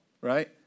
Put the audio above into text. right